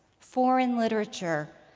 foreign literature,